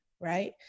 right